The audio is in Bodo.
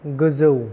गोजौ